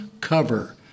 cover